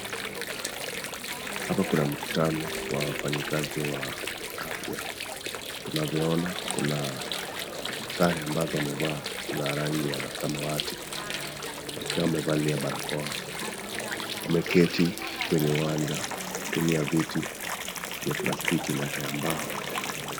Hapa kuna mkutano wa wafanyikazi wa afya. Tunavyoona kuna sare ambazo wamevaa za rangi ya samawati na pia wamevalia barakoa. Wameketi kwenye uwanja kutumia viti vya plastiki na taya za mbao.